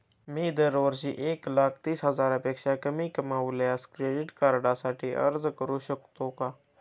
मी दरवर्षी एक लाख तीस हजारापेक्षा कमी कमावल्यास क्रेडिट कार्डसाठी अर्ज करू शकतो का?